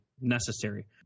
necessary